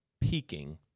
peaking